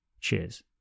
Cheers